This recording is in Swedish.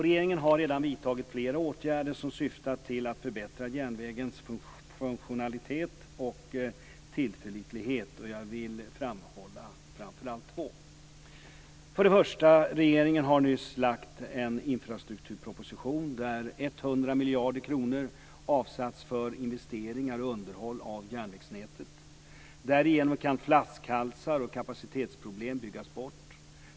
Regeringen har redan vidtagit flera åtgärder som syftar till att förbättra järnvägens funktionalitet och tillförlitlighet, och jag vill framhålla framför allt två: För det första: Regeringen har nyss lagt fram en infrastrukturproposition där 100 miljarder kronor avsatts för investeringar och underhåll av järnvägsnätet. Därigenom kan flaskhalsar och kapacitetsproblem byggas bort.